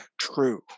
true